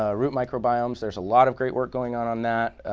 ah root microbiomes, there's a lot of great work going on on that